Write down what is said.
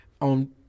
on